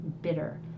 bitter